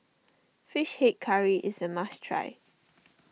Fish Head Curry is a must try